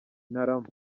ntarama